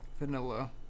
Vanilla